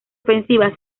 ofensiva